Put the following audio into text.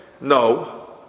no